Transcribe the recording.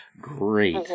Great